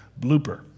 blooper